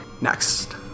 Next